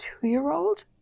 two-year-old